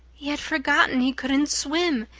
he had forgotten he couldn't swim,